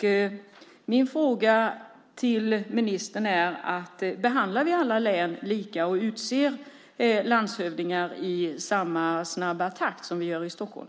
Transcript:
Min fråga till ministern är: Behandlar vi alla län lika och utser landshövdingar i samma snabba takt som vi gör i Stockholm?